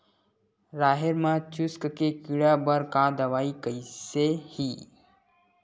राहेर म चुस्क के कीड़ा बर का दवाई कइसे ही?